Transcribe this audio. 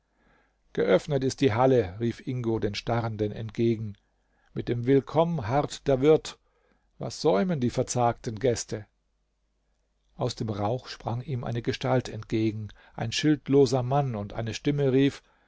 geöffnet ist die halle rief ingo den starrenden entgegen mit dem willkomm harrt der wirt was säumen die verzagten gäste aus dem rauch sprang ihm eine gestalt entgegen ein schildloser mann und eine stimme rief